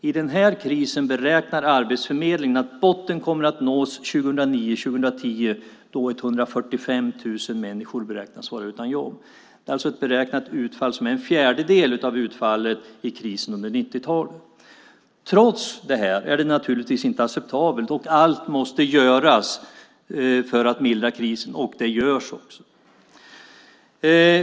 I den här krisen beräknar Arbetsförmedlingen att botten kommer att nås 2009-2010 då 145 000 människor beräknas vara utan jobb. Det är alltså ett beräknat utfall som är en fjärdedel av utfallet i krisen under 90-talet. Trots detta är det naturligtvis inte acceptabelt. Allt måste göras för att mildra krisen, och det görs också.